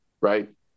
right